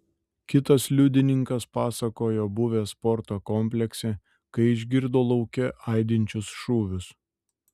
kitas liudininkas pasakojo buvęs sporto komplekse kai išgirdo lauke aidinčius šūvius